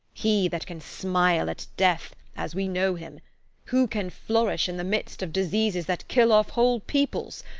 he that can smile at death, as we know him who can flourish in the midst of diseases that kill off whole peoples.